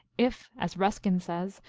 if, as ruskin says,